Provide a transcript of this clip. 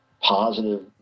positive